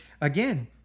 again